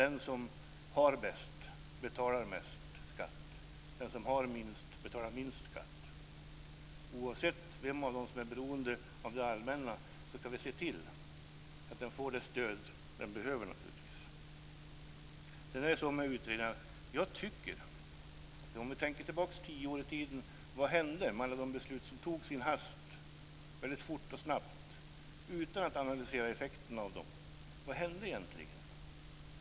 Den som har bäst betalar mest skatt. Den som har minst betalar minst skatt. Oavsett vem som är beroende av det allmänna ska vi se till att man får det stöd som man behöver. Om vi tänker tillbaka tio år i tiden, vad hände med anledning av de beslut som fattades i hast, väldigt fort och snabbt utan att man analyserade effekterna av dem? Vad hände egentligen?